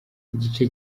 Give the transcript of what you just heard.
igice